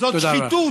זאת שחיתות.